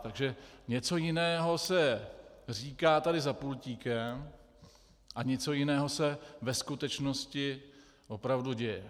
Takže něco jiného se říká tady za pultíkem a něco jiného se ve skutečnosti opravdu děje.